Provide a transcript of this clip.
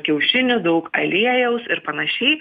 kiaušinių daug aliejaus ir panašiai